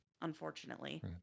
unfortunately